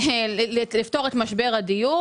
ברור.